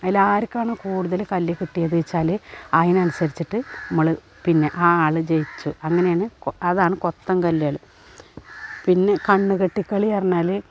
അതിലാർക്കാണോ കൂടുതൽ കല്ലു കിട്ടിയത് വെച്ചാൽ അതിനനുസരിച്ചിട്ട് ഇമ്മള് പിന്നെ ആ ആൾ ജയിച്ചു അങ്ങനെയാണ് അതാണ് കൊത്തങ്കല്ലു കളി പിന്നെ കണ്ണു കെട്ടിക്കളി പറഞ്ഞാൽ